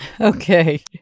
Okay